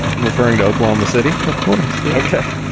referring to oklahoma city, of course. ok.